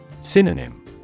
Synonym